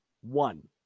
one